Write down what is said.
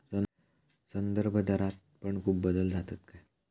संदर्भदरात पण खूप बदल जातत काय?